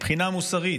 מבחינה מוסרית,